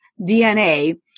DNA